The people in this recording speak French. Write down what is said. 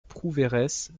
prouveiresse